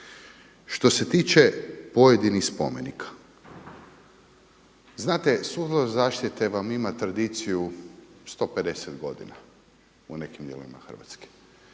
Što se tiče pojedinih spomenika, znate, …/Govornik se ne razumije./… zaštite vam ima tradiciju 150 godina u nekim dijelovima Hrvatske.